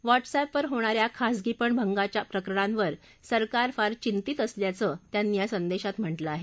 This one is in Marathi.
व्हा सिअधिवर होणा या खासगीपण भंगाच्या प्रकरणांवर सरकार फार चिंतीत असल्याचं त्यांनी या संदेशात म्हटलं आहे